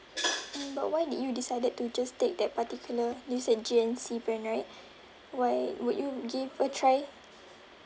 mm but why did you decided to just take that particular you said G_N_C brand right why would you give a try